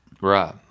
Right